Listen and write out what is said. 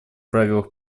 правилах